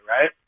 right